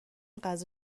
غذا